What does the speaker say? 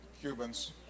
Cubans